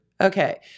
Okay